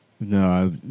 No